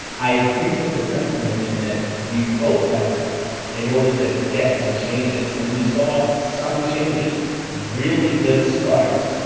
i agree with the sentiment in that you protest in order to get some changes. and we saw some changes really good starts.